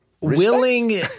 willing